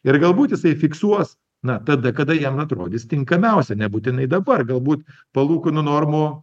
ir galbūt jisai fiksuos na tada kada jam atrodys tinkamiausia nebūtinai dabar galbūt palūkanų normų